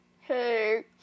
Hey